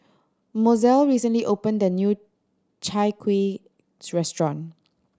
Mozell recently opened a new Chai Kueh restaurant